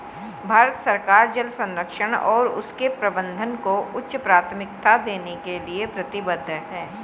भारत सरकार जल संरक्षण और उसके प्रबंधन को उच्च प्राथमिकता देने के लिए प्रतिबद्ध है